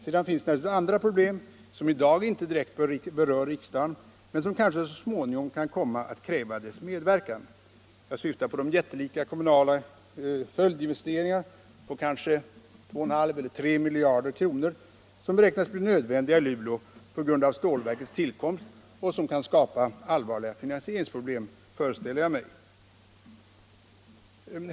Sedan finns det naturligtvis andra problem, som i dag inte direkt berör riksdagen men som kanske så småningom kan komma att kräva dess medverkan. Jag syftar på de jättelika kommunala följdinvesteringar på kanske 2,5 eller 3 miljarder kr. som beräknas bli nödvändiga i Luleå på grund av stålverkets tillkomst och som kan skapa allvarliga finansieringsproblem, föreställer jag mig.